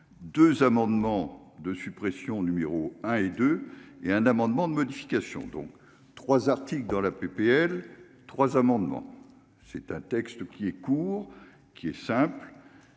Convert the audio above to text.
2 amendements de suppression numéro un et 2, et un amendement, de modification donc 3 articles dans la PPL trois amendements, c'est un texte qui est court, qui est simple